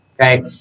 Okay